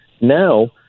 Now